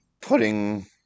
putting